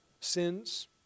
sins